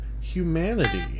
Humanity